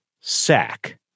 sack